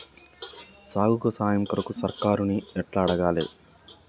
సాగుకు సాయం కొరకు సర్కారుని ఎట్ల అడగాలే?